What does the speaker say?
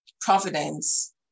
providence